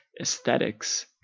aesthetics